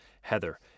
Heather